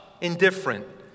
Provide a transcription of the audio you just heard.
indifferent